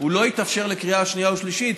הוא לא מתאפשר לקריאה שנייה ושלישית,